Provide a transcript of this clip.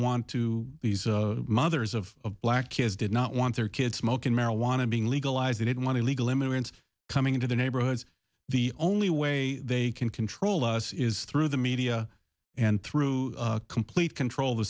want to be mothers of black kids did not want their kids smoking marijuana being legalized they didn't want to legal immigrants coming into the neighborhoods the only way they can control us is through the media and through complete control